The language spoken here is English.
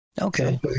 Okay